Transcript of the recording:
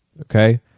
Okay